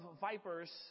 vipers